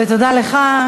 ותודה לך,